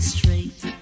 Straight